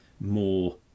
more